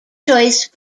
choice